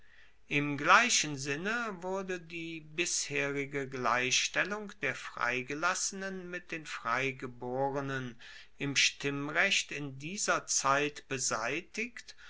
im gleichen sinne wurde die bisherige gleichstellung der freigelassenen mit den freigeborenen im stimmrecht in dieser zeit beseitigt